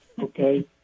okay